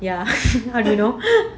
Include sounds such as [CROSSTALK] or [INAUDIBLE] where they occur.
ya how do you know [LAUGHS]